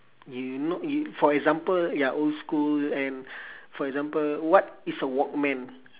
you know you for example ya old school and for example what is a walkman